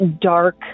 dark